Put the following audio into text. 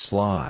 Slot